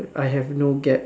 uh I have no gaps